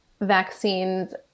vaccines